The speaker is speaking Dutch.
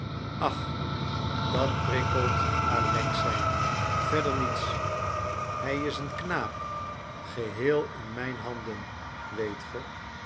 ach dat prikkelt alexei verder niets hij is een knaap geheel in mijn handen weet ge